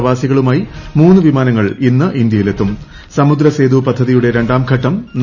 പ്രവാസികളുമായി മൂന്നു വിമാനങ്ങൾ ഇന്ന് ഇന്ത്യയിലെത്തും സമുദ്രസേതു പദ്ധതിയുടെ രണ്ടാംഘട്ടം നാളെ മുതൽ